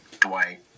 Dwight